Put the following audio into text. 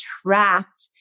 attract